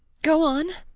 go on,